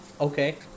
Okay